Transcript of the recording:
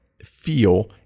feel